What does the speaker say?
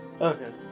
Okay